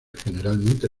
generalmente